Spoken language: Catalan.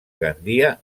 gandia